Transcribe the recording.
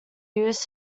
used